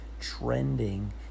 trending